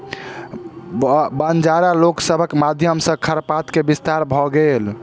बंजारा लोक सभक माध्यम सॅ खरपात के विस्तार भ गेल